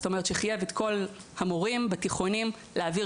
זה בעצם חייב את כל המורים בתיכונים להעביר